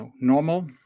normal